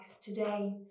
today